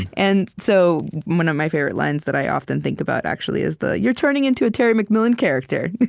and so one of my favorite lines that i often think about, actually, is the you're turning into a terry mcmillan character,